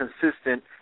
consistent